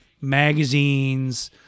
magazines